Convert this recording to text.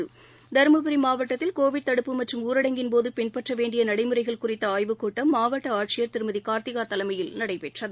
Covid Dharmapuri மாவட்டத்தில் கப்பு மற்றம் ஊரடங்கின் போதுபின்பற்றவேண்டியநடைமுறைகள் குறித்தஆய்வுக் கூட்டம் மாவட்டஆட்சியர் திருமதி எஸ் பிகார்த்திகாதலைமையில் நடைபெற்றது